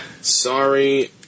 Sorry